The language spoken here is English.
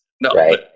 no